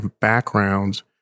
backgrounds